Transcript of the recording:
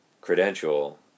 credential